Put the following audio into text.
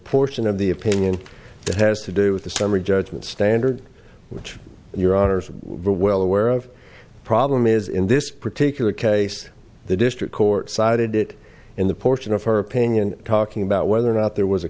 portion of the opinion that has to do with the summary judgment standard which your honour's were well aware of the problem is in this particular case the district court cited it in the portion of her opinion talking about whether or not there was a